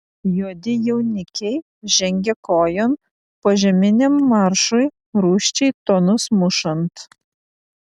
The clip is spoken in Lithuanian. juodi jaunikiai žengia kojon požeminiam maršui rūsčiai tonus mušant